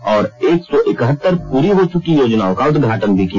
और एक सौ एकहतर पूरी हो च्रकी योजनाओं का उदघाटन भी किया